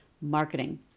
marketing